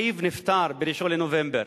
אחיו נפטר ב-1 בנובמבר.